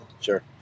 Sure